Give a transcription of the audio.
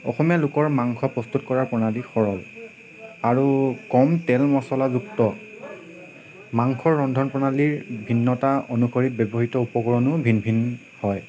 অসমীয়া লোকৰ মাংস প্ৰস্তুত কৰা প্ৰণালী সৰল আৰু কম তেল মচলাযুক্ত মাংস ৰন্ধন প্ৰণালীৰ ভিন্নতা অনুসৰি ব্যৱহৃত উপকৰণো ভিন ভিন হয়